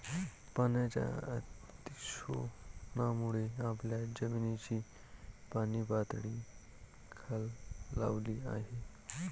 पाण्याच्या अतिशोषणामुळे आपल्या जमिनीची पाणीपातळी खालावली आहे